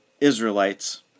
Israelites